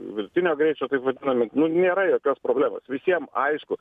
vidutinio greičio taip vadinami nu nėra jokios problemos visiem aišku